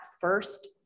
first